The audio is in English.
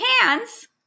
hands